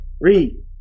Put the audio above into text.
Read